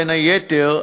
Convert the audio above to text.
בין היתר,